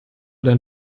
dein